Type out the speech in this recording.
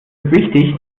wichtig